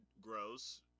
grows